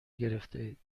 گرفتهاید